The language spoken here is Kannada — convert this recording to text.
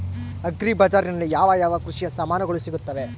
ಅಗ್ರಿ ಬಜಾರಿನಲ್ಲಿ ಯಾವ ಯಾವ ಕೃಷಿಯ ಸಾಮಾನುಗಳು ಸಿಗುತ್ತವೆ?